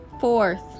Fourth